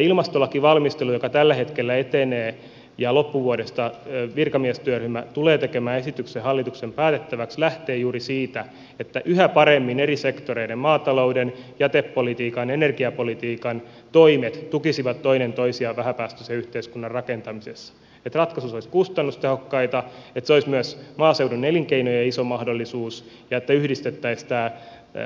ilmastolakivalmistelu joka tällä hetkellä etenee ja loppuvuodesta virkamiestyöryhmä tulee tekemään esityksen hallituksen päätettäväksi lähtee juuri siitä että yhä paremmin eri sektoreiden maatalouden jätepolitiikan energiapolitiikan toimet tukisivat toinen toisiaan vähäpäästöisen yhteiskunnan rakentamisessa niin että ratkaisut olisivat kustannustehokkaita että se olisi myös maaseudun elinkeinojen iso mahdollisuus ja että yhdistettäisiin tämä